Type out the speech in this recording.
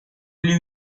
you